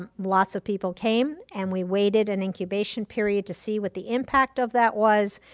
um lots of people came and we waited an incubation period to see what the impact of that was.